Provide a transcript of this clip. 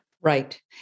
Right